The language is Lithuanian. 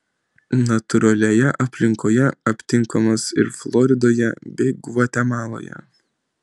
natūralioje aplinkoje aptinkamos ir floridoje bei gvatemaloje